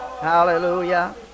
hallelujah